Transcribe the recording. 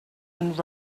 and